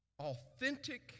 authentic